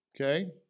Okay